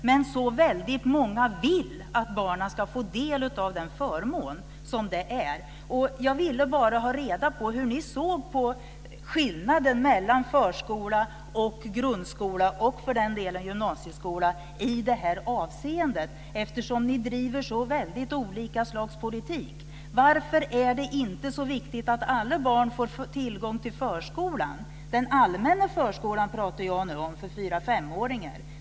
Men så väldigt många vill att barnen ska få del av den förmån som det är. Jag ville bara ha reda på hur ni såg på skillnaden mellan förskola och grundskola och för den delen gymnasieskola i det här avseendet, eftersom ni driver så väldigt olika slags politik. Varför är det inte så viktigt att alla barn får tillgång till förskolan? Den allmänna förskolan för fyra-fem-åringar pratar jag nu om.